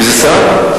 איזה שר?